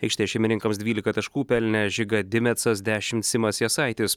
aikštės šeimininkams dvylika taškų pelnė žiga dimecas dešimt simas jasaitis